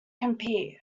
compete